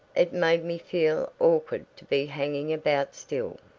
it made me feel awkward to be hanging about still.